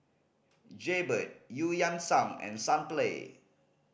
Jaybird Eu Yan Sang and Sunplay